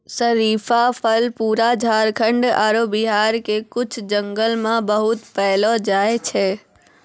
शरीफा फल पूरा झारखंड आरो बिहार के कुछ जंगल मॅ बहुत पैलो जाय छै